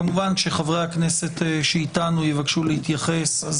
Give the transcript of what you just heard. כמובן חברי הכנסת שאיתנו יבקשו להתייחס,